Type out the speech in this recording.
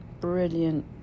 brilliant